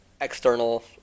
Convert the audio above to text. External